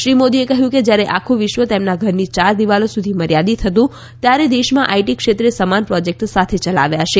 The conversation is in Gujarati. શ્રી મોદીએ કહ્યું કે જ્યારે આખું વિશ્વ તેમના ઘરની યાર દિવાલો સુધી મર્યાદિત હતું ત્યારે દેશમાં આઇટી ક્ષેત્રે સમાન પ્રોજેક્ટ્સ સાથે ચલાવ્યા છે